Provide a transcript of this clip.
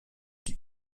die